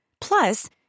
Plus